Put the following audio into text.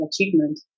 achievement